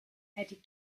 headed